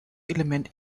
element